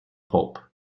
pulp